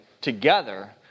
together